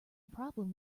problem